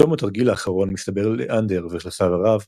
בתום התרגיל האחרון מסתבר לאנדר ולחבריו